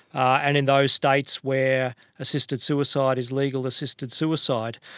and in those states where assisted suicide is legal, assisted suicide.